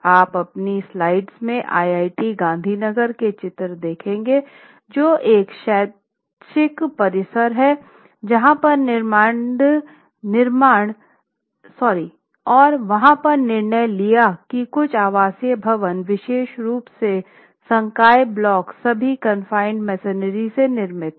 आप मेरी स्लाइड्स में IIT गांधीनगर के चित्र देखेंगे जो एक शैक्षणिक परिसर है और वहां पर निर्णय लिया कि कुछ आवासीय भवन विशेष रूप से संकाय ब्लॉक सभी कॉनफाइनेड मेसनरी से निर्मित हैं